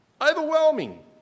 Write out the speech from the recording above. Overwhelming